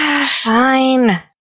Fine